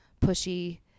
pushy